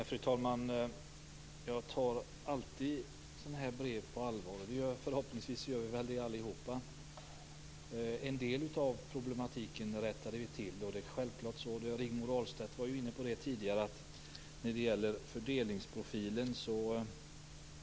Fru talman! Jag tar alltid sådana här brev på allvar. Det gör vi förhoppningsvis allihop. En del av problemen rättade vi till.